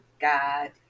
God